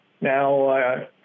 Now